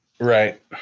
Right